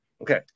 Okay